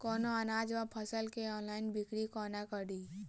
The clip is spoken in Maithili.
कोनों अनाज वा फसल केँ ऑनलाइन बिक्री कोना कड़ी?